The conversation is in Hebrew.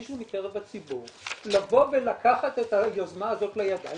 מישהו מקרב הציבור לבוא ולקחת את היוזמה הזאת לידיים